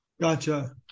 Gotcha